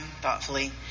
thoughtfully